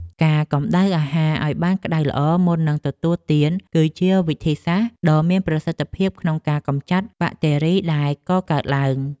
ការកំដៅអាហារឱ្យបានក្តៅល្អមុននឹងទទួលទាន គឺជាវិធីសាស្ត្រដ៏មានប្រសិទ្ធភាពក្នុងការកម្ចាត់បាក់តេរីដែលកកើតឡើង។